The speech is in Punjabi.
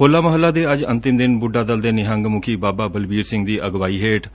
ਹੋਲਾ ਮਹੱਲਾ ਦੇ ਅੱਜ ਅੰਤਿਮ ਦਿਨ ਬੁੱਢਾ ਦਲ ਦੇ ਨਿਹੰਗ ਮੁਖੀ ਬਾਬਾ ਬਲਬੀਰ ਸਿੰਘ ਦੀ ਅਗਵਾਈ ਹੇਠ